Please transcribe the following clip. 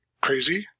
crazy